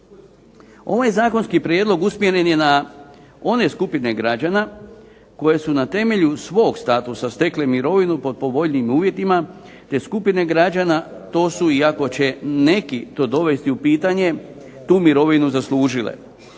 Ovaj zakonski prijedlog usmjeren je na one skupine građana koje su na temelju svog statusa stekli mirovinu pod povoljnijim uvjetima te skupine građana, to su i ako će neki to dovesti u pitanje, tu mirovinu zaslužile.